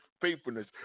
faithfulness